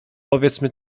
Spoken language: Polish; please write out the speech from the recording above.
powiedzmy